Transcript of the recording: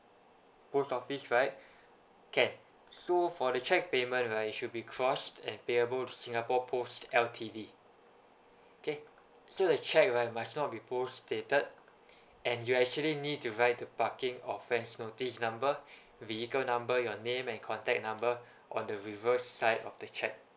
post office right can so for the cheque payment right it should be crossed and payable to singapore post L_T_D okay so the cheque right it must not be photostated and you actually need to write the parking offence notice number your vehicle number your name and contact number on the reverse side of the cheque